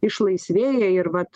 išlaisvėja ir vat